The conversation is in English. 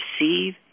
receive